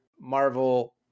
marvel